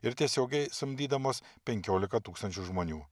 ir tiesiogiai samdydamos penkioliką tūkstančių žmonių